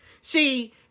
See